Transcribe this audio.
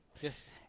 Yes